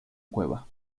cueva